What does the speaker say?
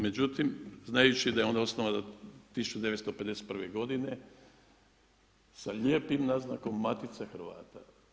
Međutim, znajući da je ona osnovana 1951. godine sa lijepim naznakom Matica Hrvata.